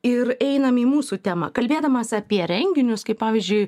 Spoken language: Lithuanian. ir einam į mūsų temą kalbėdamas apie renginius kaip pavyzdžiui